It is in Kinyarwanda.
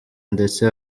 ndetse